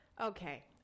Okay